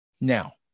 Now